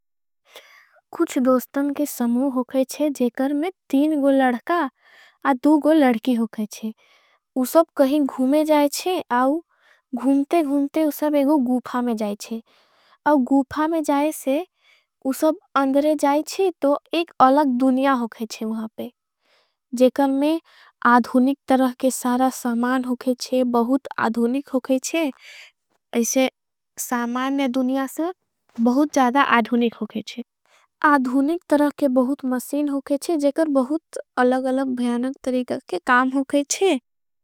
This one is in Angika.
कुछ दोस्तन के समू होगे जेकर में तीन गो लड़का और दू गो लड़की होगे जेकर उसब कहीं घूमे जाएचे। और घूमते घूमते उसब एगो गूफा में जाएचे और गूफा में जाएचे उसब अंदरे जाएचे। तो एक अलग दुनिया होगे जेकर में आधुनि अधूनिक तरह के बहुत मसिन होगे। जेकर बहुत अलग अलग भैयानक तरीक के काम होगेचे।